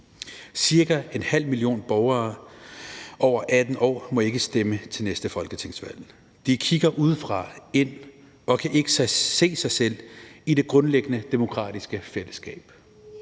Cirka en halv million borgere over 18 år må ikke stemme til næste folketingsvalg. De kigger udefra og ind og kan ikke se sig selv i det grundlæggende demokratiske fællesskab.